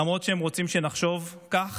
למרות שהם רוצים שנחשוב כך.